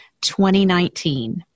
2019